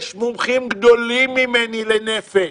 יש מומחים גדולים ממני לנפש,